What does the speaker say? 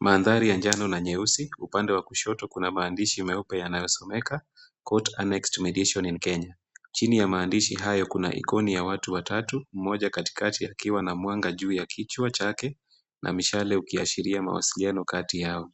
Maandhari ya njano na nyeusi, upande wa kushoto kuna maandishi meupe yanayosomeka Court Annex Mediation in Kenya . Chini ya maandishi hayo kuna ikoni ya watu watatu, mmoja katikati akiwa na mwanga juu ya kichwa chake, na mishale ukiashiria mawasiliano kati yao.